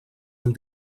amb